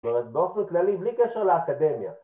באופן כללי, ‫בלי קשר לאקדמיה.